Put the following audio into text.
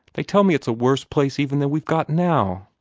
they tell me it's a worse place even than we've got now!